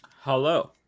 Hello